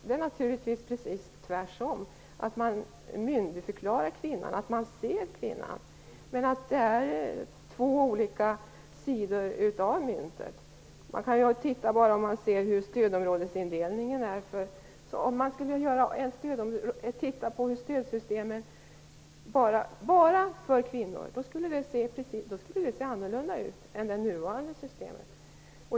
Det är naturligtvis precis tvärtom. Det är fråga om att myndigförklara kvinnan och se kvinnan. Men det finns två sidor av myntet. Titta bara på hur stödområdesindelningen ser ut. Skulle stödsystemet utformas bara för kvinnor, skulle det se annorlunda ut än det nuvarande systemet.